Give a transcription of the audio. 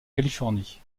californie